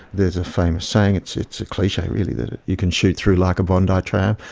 there's a famous saying, it's it's a cliche really, that you can shoot through like a bondi tram,